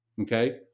Okay